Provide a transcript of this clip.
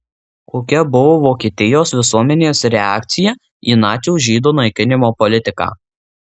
kokia buvo vokietijos visuomenės reakcija į nacių žydų naikinimo politiką